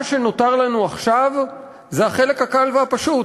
מה שנותר לנו עכשיו זה החלק הקל והפשוט.